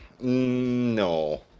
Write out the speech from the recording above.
No